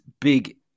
big